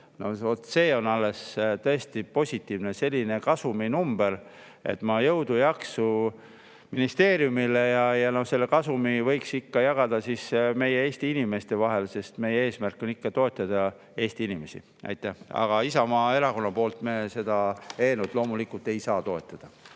see oleks alles tõesti positiivne kasuminumber. Jõudu ja jaksu ministeeriumile! Selle kasumi võiks jagada siis meie, Eesti inimeste vahel, sest meie eesmärk on ikka toetada Eesti inimesi. Aitäh! Aga Isamaa Erakond seda eelnõu loomulikult ei saa toetada.